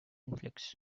influx